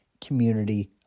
community